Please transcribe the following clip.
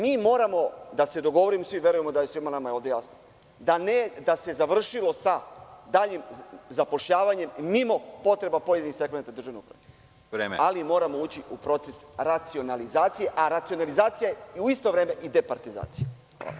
Mi moramo da se dogovorimo svi i verujem da je svima nama ovde to jasno, da se završilo sa daljim zapošljavanjem mimo potreba pojedinih segmenata državne uprave, ali moramo ući u proces racionalizacije, a racionalizacija je u isto vreme i departizacija.